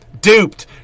Duped